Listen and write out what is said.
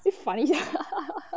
so funny sia